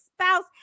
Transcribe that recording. spouse